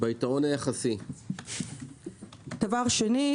דבר שני,